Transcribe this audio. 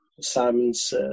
Simon's